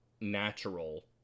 natural